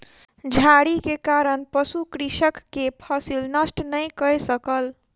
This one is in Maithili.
झाड़ी के कारण पशु कृषक के फसिल नष्ट नै कय सकल